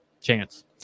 chance